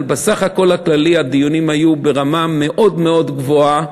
אבל בסך הכול הכללי הדיונים היו ברמה מאוד מאוד גבוהה,